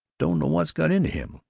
don't know what's got into him.